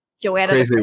Joanna